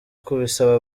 kubisaba